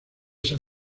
san